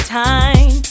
time